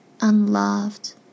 unloved